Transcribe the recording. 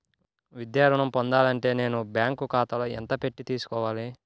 విద్యా ఋణం పొందాలి అంటే నేను బ్యాంకు ఖాతాలో ఎంత పెట్టి తీసుకోవాలి?